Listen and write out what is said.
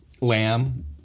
Lamb